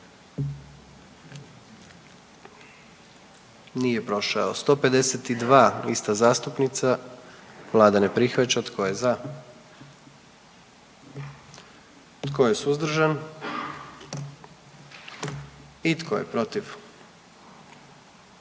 dio zakona. 44. Kluba zastupnika SDP-a, vlada ne prihvaća. Tko je za? Tko je suzdržan? Tko je protiv?